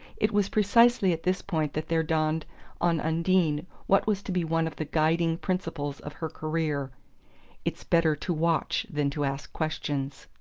it was precisely at this point that there dawned on undine what was to be one of the guiding principles of her career it's better to watch than to ask questions.